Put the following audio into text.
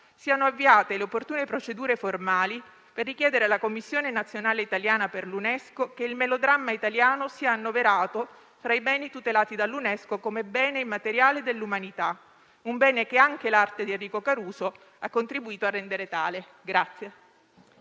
siano avviate le opportune procedure formali per richiedere alla Commissione nazionale italiana per l'UNESCO che il melodramma italiano sia annoverato tra i beni tutelati dall'UNESCO come bene immateriale dell'umanità, un bene che anche l'arte di Enrico Caruso ha contribuito a rendere tale